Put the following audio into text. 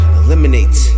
eliminate